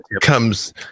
comes